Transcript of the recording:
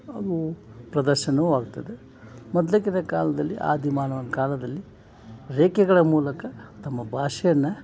ಅವು ಪ್ರದರ್ಶನವೂ ಆಗ್ತದೆ ಮೊದಲಿನ ಕಾಲದಲ್ಲಿ ಆದಿಮಾನವನ ಕಾಲದಲ್ಲಿ ರೇಖೆಗಳ ಮೂಲಕ ತಮ್ಮ ಭಾಷೆಯನ್ನು